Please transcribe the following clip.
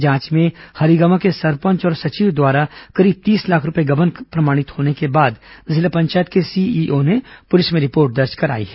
जांच में हरिगवां के सरपंच और सचिव द्वारा करीब तीस लाख रूपये का गबन प्रमाणित होने के बाद जिला पंचायत के सीईओ ने पुलिस में रिपोर्ट दर्ज कराई है